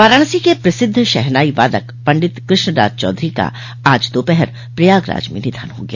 वाराणसी के प्रसिद्ध शहनाई वादक पंडित कृष्णराज चौधरी का आज दोपहर प्रयागराज में निधन हो गया